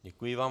Děkuji vám.